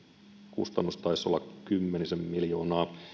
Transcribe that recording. kustannus taisi olla kymmenisen miljoonaa